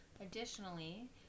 Additionally